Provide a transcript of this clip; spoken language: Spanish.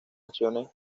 acciones